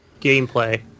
Gameplay